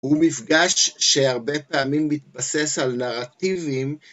הוא מפגש שהרבה פעמים מתבסס על נרטיבים